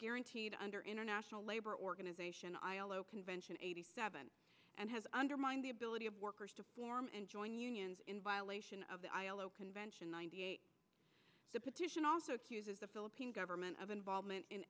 guaranteed under international labor organization ilo convention eighty seven and has undermined the ability of workers to form and join unions in violation of the ilo convention ninety eight the petition also accuses the philippine government of involvement in